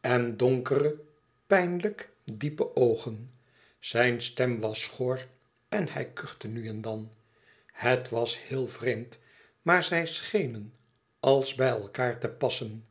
en donkere pijnlijk diepe oogen zijn stem was schor en hij kuchte nu en dan het was heel vreemd maar zij schenen als bij elkaâr te passen